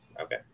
Okay